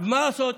מה לעשות?